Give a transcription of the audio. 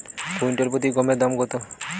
Quintal প্রতি গমের দাম কত?